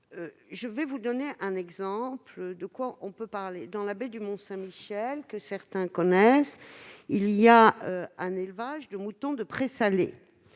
de vous donner un exemple. Dans la baie du Mont-Saint-Michel, que certains connaissent, il y a un élevage de moutons de prés salés.